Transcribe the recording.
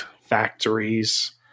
factories